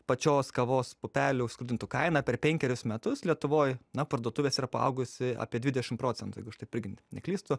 pačios kavos pupelių skrudintų kainą per penkerius metus lietuvoj na parduotuvės yra paaugusi apie dvidešim procentų jeigu aš taip irgi neklystu